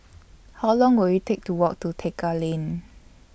How Long Will IT Take to Walk to Tekka Lane